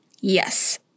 Yes